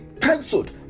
cancelled